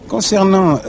Concernant